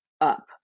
up